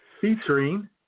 featuring